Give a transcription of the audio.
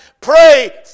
pray